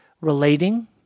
relating